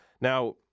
Now